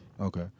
Okay